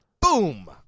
Boom